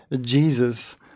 Jesus